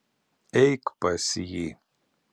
eik pas jį